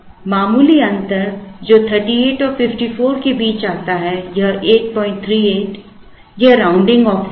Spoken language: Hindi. मामूली अंतर जो 38 और 54 के बीच आता है यह 838 यह राउंडिंग ऑफ से है